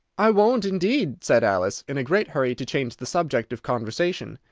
i won't indeed! said alice, in a great hurry to change the subject of conversation.